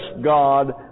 God